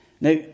Now